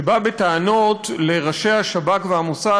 שבא בטענות לראשי השב"כ והמוסד,